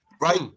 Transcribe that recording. right